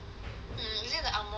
mm is it the angmoh teacher